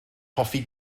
hoffi